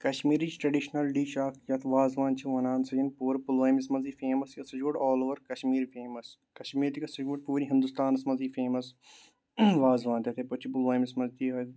کَشمیٖرچ traditional dish اکھ یَتھ وازوان چھِ وَنان سۄ چھےٚ نہٕ پوٗرٕ پُلوٲمِس منٛزٕے فیمَس یَتھ سُہ چھُ گۄڈٕ all over Kashmir famous Kashmir تہِ گژھِ سُہ گۄڈٕ پوٗرٕ ہِندوستانَس منٛزٕے فیمَس وازوان تِتھَے پٲٹھۍ چھِ پُلوٲمِس منٛز تہِ یِہوے